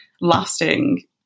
lasting